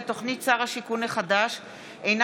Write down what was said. הכנסת מנסור עבאס בנושא: תוכנית שר השיכון החדש אינה